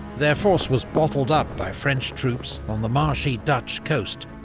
their force was bottled up by french troops on the marshy dutch coast,